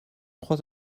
trois